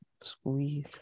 squeeze